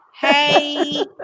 Hey